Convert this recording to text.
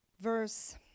verse